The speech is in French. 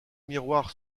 miroir